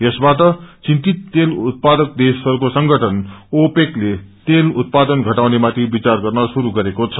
यसबाट चिन्तित तेल उत्पादक देशहरूको संगठन ओपेकले तेल उत्पादन घटाउनेमाथि विचार गर्न शुरू गरेको छ